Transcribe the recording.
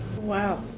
wow